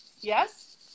Yes